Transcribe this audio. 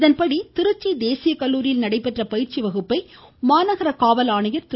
இதன்படி திருச்சி தேசிய கல்லூரியில் நடைபெற்ற பயிற்சி வகுப்பினை மாநகர காவல் ஆணையர் திரு